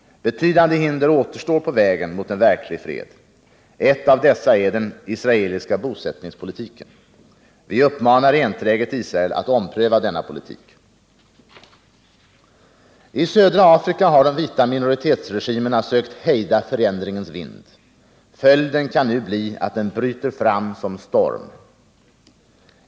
Betydande hinder återstår på vägen mot en verklig fred. Ett av dessa är den israeliska bosättningspolitiken. Vi uppmanar enträget Israel att ompröva denna politik. I södra Afrika har de vita minoritetsregimerna sökt hejda förändringens vind. Följden kan nu bli att den bryter fram som storm.